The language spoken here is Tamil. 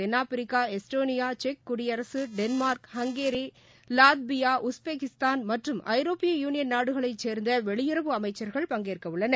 தென்ஆப்பிரிக்கா எஸ்டோனியா குடியரசு டென்மார்க் ஹங்கேரி லாத்பியா உஸ்பெகிஸ்தான் மற்றும் ஐரோப்பிய யூனியன் செக் நாடுகளைசேர்ந்தவெளியுறவு அமைச்சர்கள் பங்கேற்கவுள்ளனர்